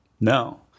no